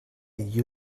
you